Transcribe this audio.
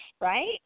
right